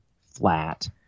flat